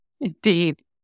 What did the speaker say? Indeed